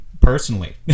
personally